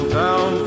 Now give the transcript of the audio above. down